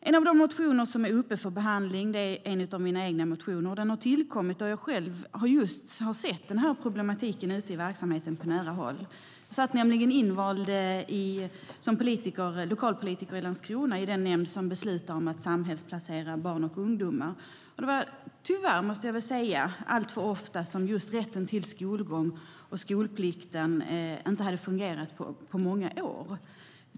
En av de motioner som är uppe för behandling är en av mina egna motioner. Den tillkom eftersom jag själv har sett denna problematik i verksamheten på nära håll. Jag var nämligen lokalpolitiker i Landskrona och satt i den nämnd som beslutar om att samhällsplacera barn och ungdomar. Tyvärr var det alltför ofta som just rätten till skolgång - och skolplikten också för den delen - inte hade fungerat under många år.